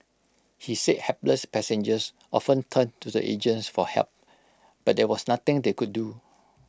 he said hapless passengers often turned to the agents for help but there was nothing they could do